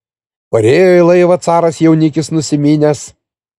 parėjo į laivą caras jaunikis nusiminęs